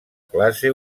classe